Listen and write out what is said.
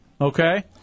Okay